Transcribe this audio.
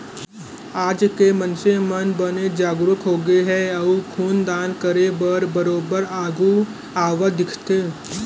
आज के मनसे मन बने जागरूक होगे हे अउ खून दान करे बर बरोबर आघू आवत दिखथे